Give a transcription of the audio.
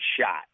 shot